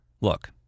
Look